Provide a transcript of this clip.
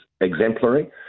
exemplary